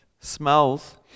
smells